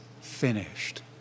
finished